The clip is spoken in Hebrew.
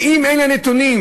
ואם אלה הנתונים,